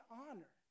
honor